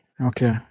Okay